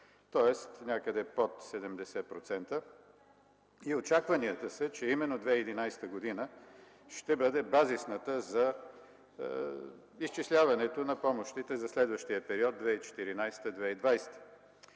тоест някъде под 70% и очакванията са, че именно 2011 г. ще бъде базисната за изчисляването на помощите за следващия период 2014-2020 г.